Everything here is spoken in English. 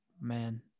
Man